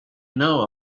know